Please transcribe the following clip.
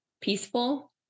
peaceful